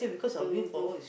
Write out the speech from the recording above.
to to